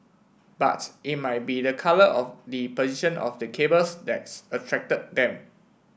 but it might be the colour or the position of the cables that's attracted them